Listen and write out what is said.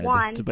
one